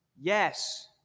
Yes